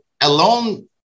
alone